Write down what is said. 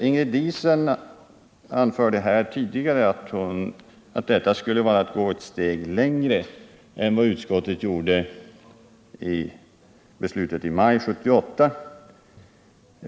Ingrid Diesen anförde här tidigare att detta skulle vara att gå ett steg längre än vad utskottet gjorde i beslutet i maj 1978.